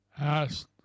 asked